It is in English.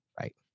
Right